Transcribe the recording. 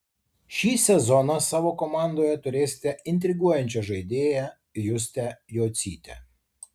šį sezoną savo komandoje turėsite intriguojančią žaidėją justę jocytę